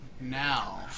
Now